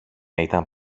ήταν